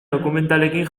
dokumentalekin